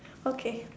okay